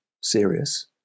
serious